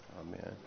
Amen